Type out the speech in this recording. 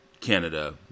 Canada